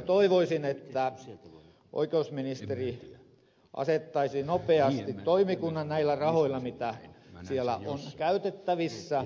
tämän johdosta toivoisin että oikeusministeri asettaisi nopeasti toimikunnan näillä rahoilla mitä siellä on käytettävissä